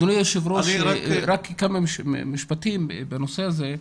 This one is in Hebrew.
אדוני היושב ראש, רק כמה משפטים בנושא הזה.